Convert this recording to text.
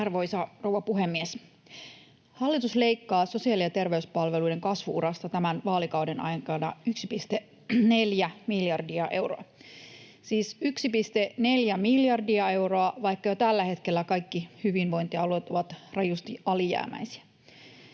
Arvoisa rouva puhemies! Hallitus leikkaa sosiaali- ja terveyspalveluiden kasvu-urasta tämän vaalikauden aikana 1,4 miljardia euroa — siis 1,4 miljardia euroa, vaikka jo tällä hetkellä kaikki hyvinvointialueet ovat rajusti alijäämäisiä.